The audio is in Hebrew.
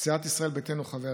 סיעת יהדות התורה,